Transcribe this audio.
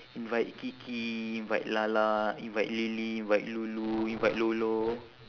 invite kiki invite lala invite lily invite lulu invite lolo